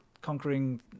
conquering